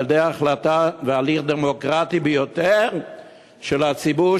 על-ידי החלטה והליך דמוקרטי ביותר של הציבור,